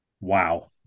Wow